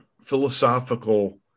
philosophical